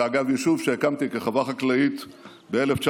זה, אגב, יישוב שהקמתי כחווה חקלאית ב-1999.